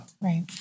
Right